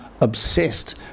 obsessed